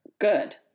Good